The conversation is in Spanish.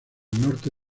norte